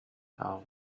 are